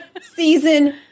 season